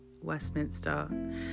Westminster